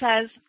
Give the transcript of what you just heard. says